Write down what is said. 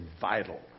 vital